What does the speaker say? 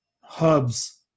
hubs